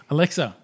Alexa